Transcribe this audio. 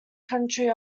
country